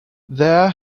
there